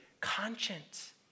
conscience